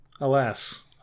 alas